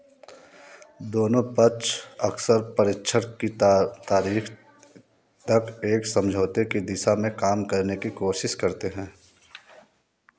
दोनों पक्ष अक्सर परीक्षण की तारीख तक एक समझौते की दिशा में काम करने की कोशिश करते हैं